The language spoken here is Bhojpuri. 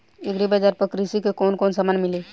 एग्री बाजार पर कृषि के कवन कवन समान मिली?